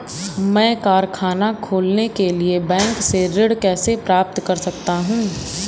मैं कारखाना खोलने के लिए बैंक से ऋण कैसे प्राप्त कर सकता हूँ?